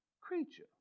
creature